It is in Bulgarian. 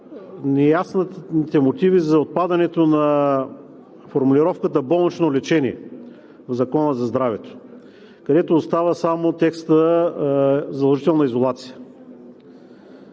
неясните мотиви за отпадането на формулировката „болнично лечение“ в Закона за здравето, където остава само текстът „задължителна изолация“.